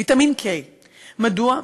ויטמין K. מדוע?